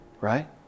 right